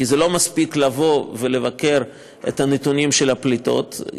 כי לא מספיק לבקר את הנתונים של הפליטות,